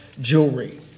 jewelry